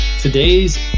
Today's